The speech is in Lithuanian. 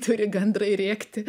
turi gandrai rėkti